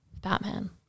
batman